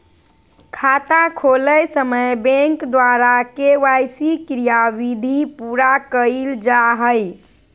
खाता खोलय समय बैंक द्वारा के.वाई.सी क्रियाविधि पूरा कइल जा हइ